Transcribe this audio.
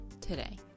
today